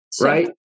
Right